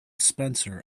spencer